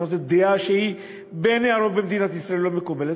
דעה שבעיני רוב מדינת ישראל היא לא מקובלת,